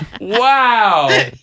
Wow